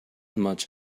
much